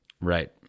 Right